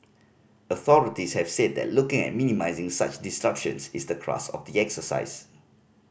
authorities have said that looking at minimising such disruptions is the crux of the exercise